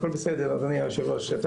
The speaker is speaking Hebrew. הכול בסדר אדוני היושב-ראש.